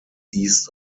east